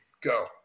go